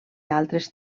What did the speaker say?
altres